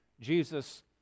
Jesus